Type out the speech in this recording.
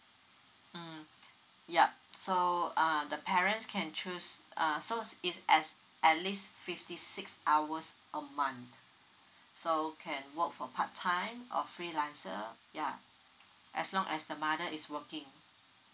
mm yup so err the parents can choose err so is as at least fifty six hours a month so can work for part time or freelancer ya as long as the mother is working